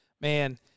man